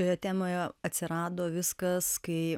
toje temoje atsirado viskas kai